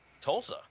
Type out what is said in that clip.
Tulsa